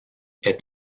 est